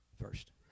first